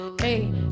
hey